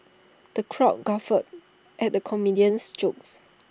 the crowd guffawed at the comedian's jokes